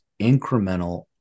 incremental